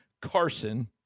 Carson